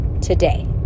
today